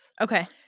Okay